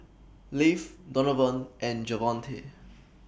Leif Donavon and Javonte